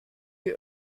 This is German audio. die